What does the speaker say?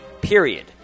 Period